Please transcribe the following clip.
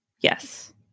Yes